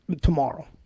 tomorrow